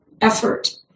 effort